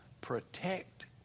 protect